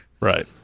right